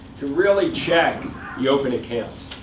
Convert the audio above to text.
to really check the open accounts,